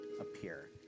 appear